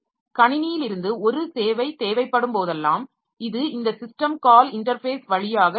கணினியிலிருந்து ஒரு சேவை தேவைப்படும்போதெல்லாம் இது இந்த சிஸ்டம் கால் இன்டர்ஃபேஸ் வழியாகச் செல்லும்